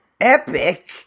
epic